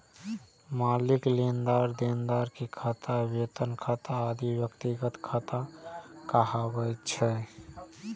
मालिक, लेनदार, देनदार के खाता, वेतन खाता आदि व्यक्तिगत खाता कहाबै छै